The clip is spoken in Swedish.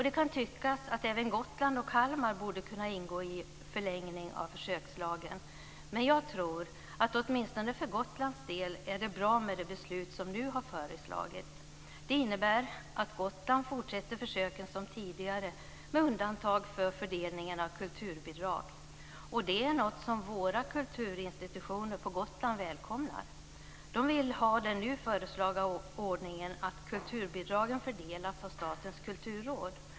Det kan tyckas att även Gotland och Kalmar borde kunna ingå i en förlängning av försökslagen, men jag tror att åtminstone för Gotlands del är det bra med det beslut som nu har föreslagits. Det innebär att Gotland fortsätter försöken som tidigare med undantag för fördelningen av kulturbidrag. Det är någonting som våra kulturinstitutioner på Gotland välkomnar. De vill ha den nu föreslagna ordningen att kulturbidragen fördelas av Statens kulturråd.